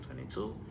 2022